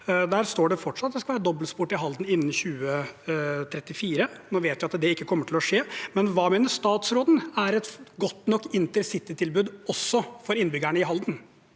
Der står det fortsatt at det skal være dobbeltspor til Halden innen 2034. Nå vet vi at det ikke kommer til å skje. Hva mener statsråden er et godt nok intercitytilbud for innbyggerne også i Halden?